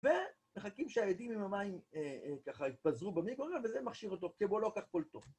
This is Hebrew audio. ומחכים שהילדים עם המים ככה יתפזרו במיקוריון וזה מכשיר אותו, כי בוא לא כל כך טוב.